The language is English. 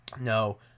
No